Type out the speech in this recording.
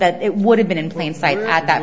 that it would have been in plain sight at that